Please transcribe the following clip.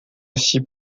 aussi